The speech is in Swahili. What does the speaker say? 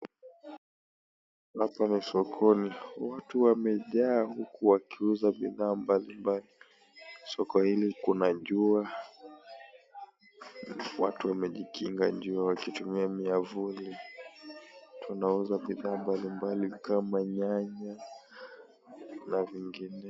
Hapa ni sokoni, watu wamejaa huku wakiuuza bidhaa mbalimbali, soko hili kuna jua watu wamejikinga jua kutumia miafuri tunauza bidhaa mbalimbali kama nyanya na vinginevyo.